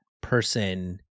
person